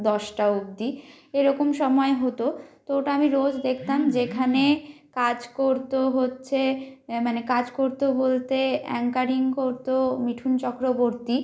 দশটা অবধি এরকম সময়ে হতো তো ওটা আমি রোজ দেখতাম যেখানে কাজ করত হচ্ছে মানে কাজ করত বলতে অ্যাঙ্কারিং করত মিঠুন চক্রবর্তী